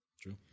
True